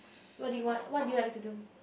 what do you want what do you like to do